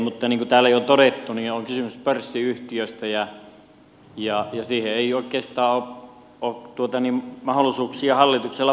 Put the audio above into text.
mutta niin kuin täällä on jo todettu niin on kysymys pörssiyhtiöstä ja siihen ei oikeastaan ole mahdollisuuksia hallituksella puuttua